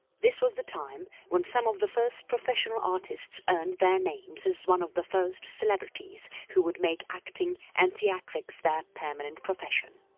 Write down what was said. this was the time when some of the first professional artists earned their names as one of the first celebrities who would make acting and theatrics their permanent profession.